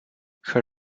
her